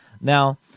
Now